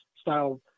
style